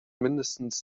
mindestens